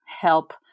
help